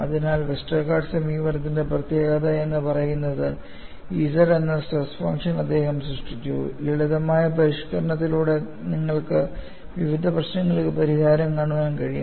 അതിനാൽ വെസ്റ്റർഗാർഡിന്റെ സമീപനത്തിന്റെ പ്രത്യേകത എന്ന് പറയുന്നത് Z എന്ന സ്ട്രെസ് ഫംഗ്ഷൻ അദ്ദേഹം സൃഷ്ടിച്ചു ലളിതമായ പരിഷ്ക്കരണങ്ങളിലൂടെ നിങ്ങൾക്ക് വിവിധ പ്രശ്നങ്ങൾക്ക് പരിഹാരം കാണാൻ കഴിയും